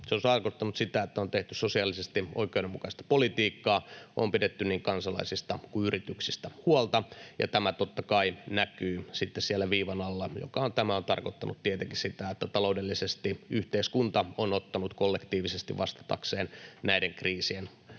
Se on tarkoittanut sitä, että on tehty sosiaalisesti oikeudenmukaista politiikkaa, on pidetty niin kansalaisista kuin yrityksistä huolta, ja tämä totta kai näkyy sitten siellä viivan alla, mikä on tarkoittanut tietenkin sitä, että taloudellisesti yhteiskunta on ottanut kollektiivisesti vastatakseen näiden kriisien aiheuttaman